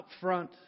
upfront